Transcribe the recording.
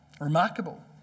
Remarkable